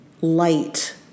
light